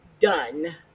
done